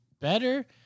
better